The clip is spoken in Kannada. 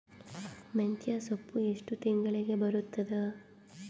ಮೆಂತ್ಯ ಸೊಪ್ಪು ಎಷ್ಟು ತಿಂಗಳಿಗೆ ಬರುತ್ತದ?